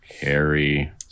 Harry